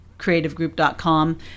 creativegroup.com